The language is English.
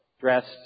dressed